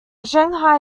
shanghai